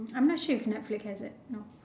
I am not sure if netflix has it no